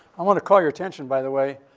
i want to call your attention, by the way,